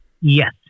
Yes